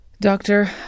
Doctor